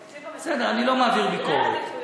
התקציב, בסדר, אני לא מעביר ביקורת.